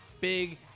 Big